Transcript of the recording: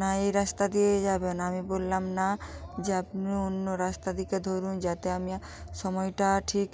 না এই রাস্তা দিয়েই যাবেন আমি বললাম না যে আপনি অন্য রাস্তা দিকে ধরুন যাতে আমি সময়টা ঠিক